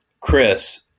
Chris